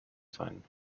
sein